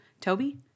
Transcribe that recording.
Toby